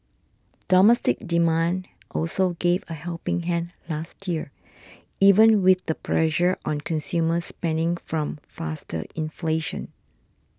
domestic demand also gave a helping hand last year even with the pressure on consumer spending from faster inflation